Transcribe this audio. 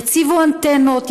יציבו אנטנות,